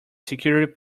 security